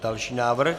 Další návrh.